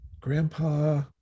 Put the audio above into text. Grandpa